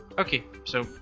okay. so,